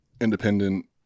independent